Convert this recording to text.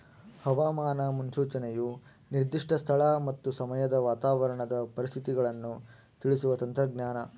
ಹವಾಮಾನ ಮುನ್ಸೂಚನೆಯು ನಿರ್ದಿಷ್ಟ ಸ್ಥಳ ಮತ್ತು ಸಮಯದ ವಾತಾವರಣದ ಪರಿಸ್ಥಿತಿಗಳನ್ನು ತಿಳಿಸುವ ತಂತ್ರಜ್ಞಾನ